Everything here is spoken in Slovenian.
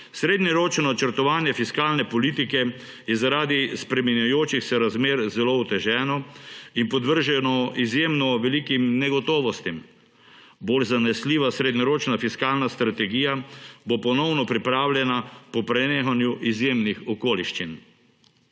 Srednjeročno načrtovanje fiskalne politike je zaradi spreminjajočih se razmer zelo oteženo in podvrženo izjemno velikim negotovostim. Bolj zanesljiva srednjeročna fiskalna strategija bo ponovno pripravljena po prenehanju izjemnih okoliščin.